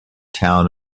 town